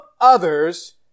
others